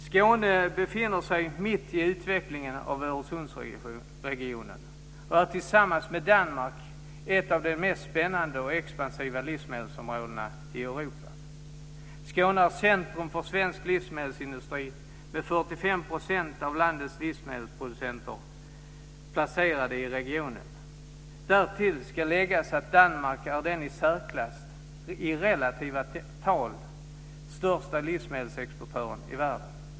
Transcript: Skåne befinner sig mitt i utvecklingen av Öresundsregionen och är tillsammans med Danmark ett av de mest spännande och expansiva livsmedelsområdena i Europa. Skåne är centrum för svensk livsmedelsindustri med 45 % av landets livsmedelsproducenter baserade i regionen. Därtill ska läggas att Danmark är den i särklass i relativa tal största livsmedelsexportören i världen.